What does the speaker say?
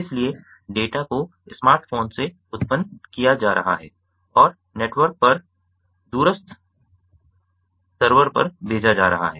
इसलिए डेटा को स्मार्टफोन से उत्पन्न किया जा रहा है और नेटवर्क पर दूरस्थ सर्वर पर भेजा जा रहा है